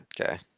Okay